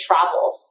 travel